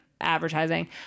advertising